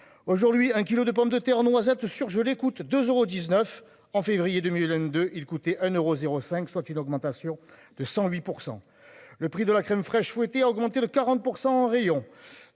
aujourd'hui un kilo de pommes de terre noisette surgelés coûte 2 euros 19 en février 2000, il coûtait 1 euros 0 5, soit une augmentation de 108% le prix de la crème fraîche fouettée a augmenté de 40% en rayon.